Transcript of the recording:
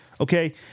Okay